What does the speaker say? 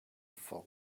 for